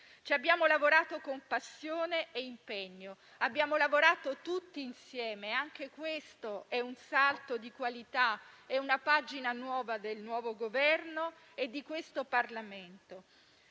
Ci abbiamo lavorato con passione e impegno; abbiamo lavorato tutti insieme: anche questo è un salto di qualità e una pagina nuova del nuovo Governo e di questo Parlamento.